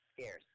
scarce